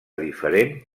diferent